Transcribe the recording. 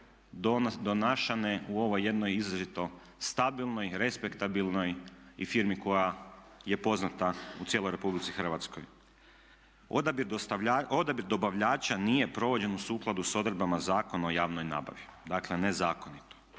donesene u ovoj jednoj izrazito stabilnoj, respektabilnoj i firmi koja je poznata u cijeloj Republici Hrvatskoj. Odabir dobavljača nije proveden u skladu s odredbama Zakona o javnoj nabavi, dakle nezakonito.